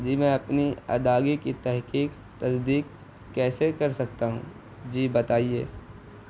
جی میں اپنی ادائیگی کی تحقیق تصدیق کیسے کر سکتا ہوں جی بتائیے